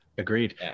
Agreed